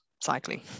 cycling